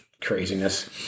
Craziness